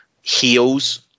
heels